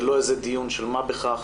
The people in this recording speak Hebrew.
זה לא דיון של מה בכך.